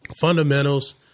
Fundamentals